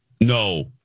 No